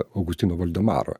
augustino valdemaro